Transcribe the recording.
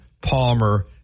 Palmer